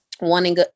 wanting